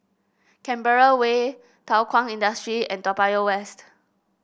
Canberra Way Thow Kwang Industry and Toa Payoh West